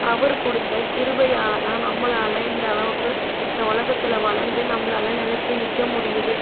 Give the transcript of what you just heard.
அவர் கொடுத்த கிருபையால் தான் நம்மளால் இந்த அளவுக்கு இந்த உலகத்தில் வளர்ந்து நம்மளால் நிலைத்து நிற்க முடியுது